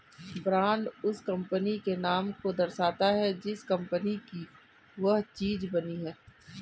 brand उस कंपनी के नाम को दर्शाता है जिस कंपनी की वह चीज बनी है